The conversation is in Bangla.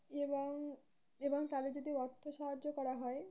এবং এবং তাদের যদি অর্থ সাহায্য করা হয়